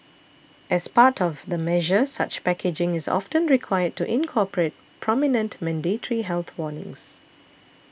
as part of the measure such packaging is often required to incorporate prominent mandatory health warnings